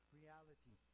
reality